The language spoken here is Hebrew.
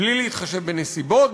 בלי להתחשב בנסיבות,